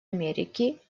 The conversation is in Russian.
америки